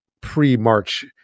pre-March